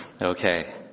Okay